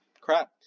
crap